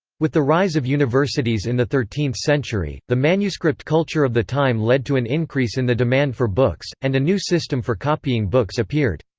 with the rise of universities in the thirteenth century, the manuscript culture of the time led to an increase in the demand for books, and a new system for copying books appeared.